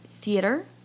theater